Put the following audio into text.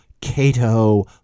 Cato